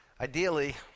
ideally